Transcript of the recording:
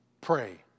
Pray